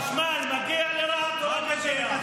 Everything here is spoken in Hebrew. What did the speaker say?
חשמל מגיע לרהט או לא מגיע?